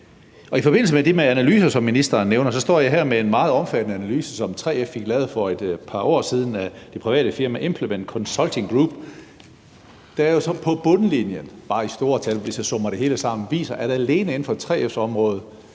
som ministeren nævner, står jeg her med en meget omfattende analyse, som 3F fik lavet for et par år siden af det private firma Implement Consulting Group. Den viser, at på bundlinjen bare i store tal, hvis vi lægger det hele sammen, sparer man alene inden for 3F's område,